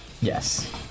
Yes